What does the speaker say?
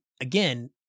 again